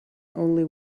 only